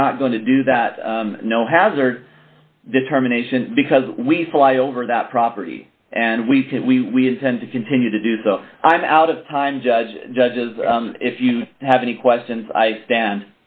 not going to do that no hazard determination because we fly over that property and we can we tend to continue to do so i'm out of time judge judges if you have any questions i than